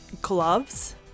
gloves